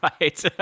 Right